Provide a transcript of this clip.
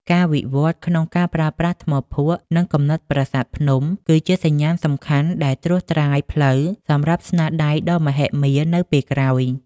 ការវិវត្តន៍ក្នុងការប្រើប្រាស់ថ្មភក់ និងគំនិតប្រាសាទភ្នំ គឺជាសញ្ញាណសំខាន់ដែលត្រួសត្រាយផ្លូវសម្រាប់ស្នាដៃដ៏មហិមានៅពេលក្រោយ។